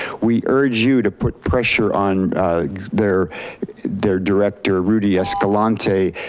we urge you to put pressure on their their director, rudy escalante,